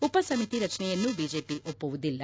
ಉಪ ಸಮಿತಿ ರಚನೆಯನ್ನು ಬಿಜೆಪಿ ಒಮ್ಪುದಿಲ್ಲ